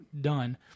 done